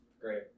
great